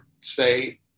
say